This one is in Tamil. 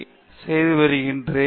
டி செய்து வருகிறேன்